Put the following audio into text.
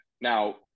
Now